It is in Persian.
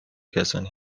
کسانی